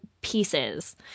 pieces